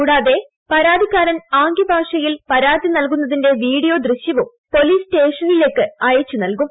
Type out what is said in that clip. കൂടാതെ പരാതിക്കാരൻ ആംഗ്യഭാഷയിൽ പരാതി നൽകുന്നതിന്റെ വീഡിയോ ദൃശ്യവും പോലീസ് സ്റ്റേഷനിലേയ്ക്ക് അയച്ചുനൽകും